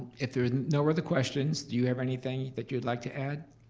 if there's no other questions, do you have anything that you'd like to add?